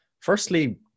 firstly